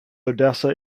odessa